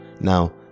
Now